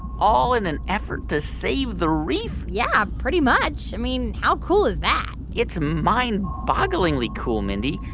all in an effort to save the reef? yeah. pretty much. i mean, how cool is that? it's a mind-bogglingly cool, mindy.